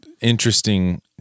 interesting